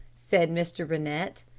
said mr. rennett.